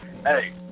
Hey